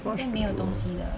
那边没有东西的